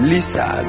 Lisa